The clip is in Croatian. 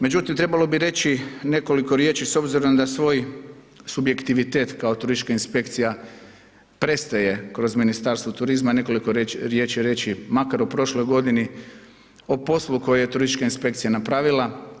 Međutim, trebalo bi reći nekoliko riječi s obzirom na svoj subjektivitet kao turistička inspekcija prestaje kroz Ministarstvo turizma, nekoliko riječi reći makar o prošloj godini, o poslu koji je turistička inspekcija napravila.